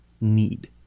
need